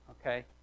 okay